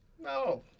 No